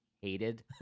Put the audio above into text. hated